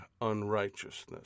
unrighteousness